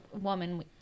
woman